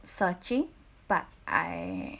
searching but I